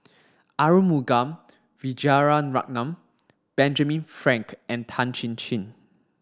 Arumugam Vijiaratnam Benjamin Frank and Tan Chin Chin